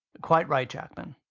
quite right, jackman.